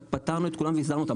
פתרנו את כולם והזהרנו אותם,